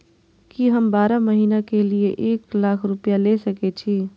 की हम बारह महीना के लिए एक लाख रूपया ले सके छी?